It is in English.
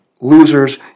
losers